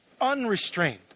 Unrestrained